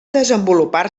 desenvolupar